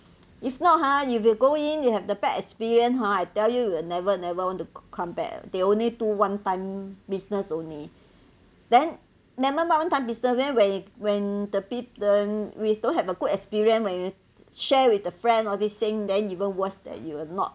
if not hor if you go in you have the bad experience hor I tell you you will never never want to come back they only do one time business only then never mind one time business then when when the peo~ the we don't have a good experience when you share with the friend all these thing then even worst that you will not